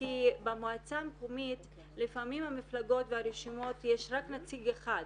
כי במועצה המקומית לפעמים למפלגות והרשימות יש רק נציג אחד,